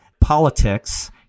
politics